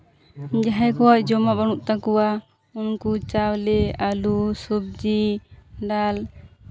ᱡᱟᱦᱟᱸᱭ ᱠᱚᱣᱟᱜ ᱡᱚᱢᱟᱜ ᱵᱟᱹᱱᱩᱜ ᱛᱟᱠᱚᱣᱟ ᱩᱱᱠᱩ ᱪᱟᱣᱞᱮ ᱟᱹᱞᱩ ᱥᱚᱵᱽᱡᱤ ᱰᱟᱞ